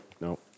no